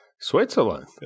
Switzerland